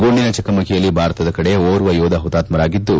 ಗುಂಡಿನ ಚಕಮಕಿಯಲ್ಲಿ ಭಾರತದ ಕಡೆ ಓರ್ವ ಯೋಧ ಹುತಾತ್ತರಾಗಿದ್ದು